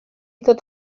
tot